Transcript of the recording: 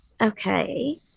Okay